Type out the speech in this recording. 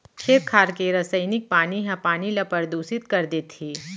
खेत खार के रसइनिक पानी ह पानी ल परदूसित कर देथे